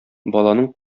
баланың